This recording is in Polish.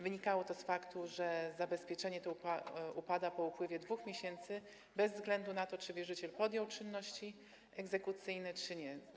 Wynikało to z faktu, że zabezpieczenie to upada po upływie 2 miesięcy bez względu na to, czy wierzyciel podjął czynności egzekucyjne czy nie.